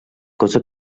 cosa